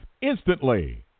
instantly